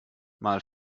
mal